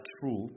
true